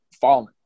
falling